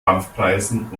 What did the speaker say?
kampfpreisen